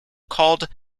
called